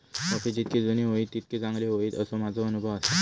coffee जितकी जुनी होईत तितकी चांगली होईत, असो माझो अनुभव आसा